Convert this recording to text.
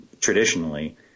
traditionally